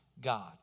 God